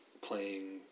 playing